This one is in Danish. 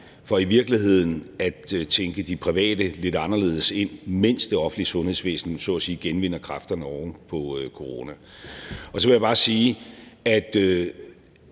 for i virkeligheden at tænke de private lidt anderledes ind, mens det offentlige sundhedsvæsen så at sige genvinder kræfterne oven på corona. Og så vil jeg bare sige, at